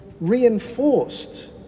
reinforced